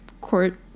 Court